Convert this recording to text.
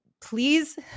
please